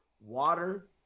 water